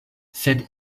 sed